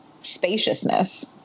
spaciousness